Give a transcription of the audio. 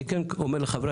אני כן אומר לחברי